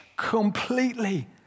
completely